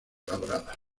labrada